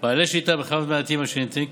ולעניין הקלות ממס בנוגע לשחרור